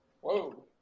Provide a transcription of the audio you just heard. Whoa